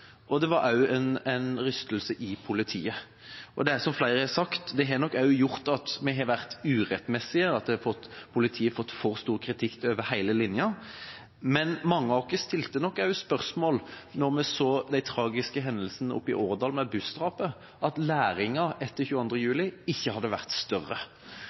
og det var også en rystelse i politiet. Det har som flere har sagt, nok også gjort at vi har vært urettmessige, at politiet har fått for stor kritikk over hele linja. Men mange av oss stilte nok spørsmål da vi så de tragiske hendelsene i Årdal med bussdrapene, ved at læringen etter 22. juli ikke hadde vært større.